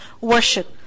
worship